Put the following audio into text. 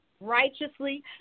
Righteously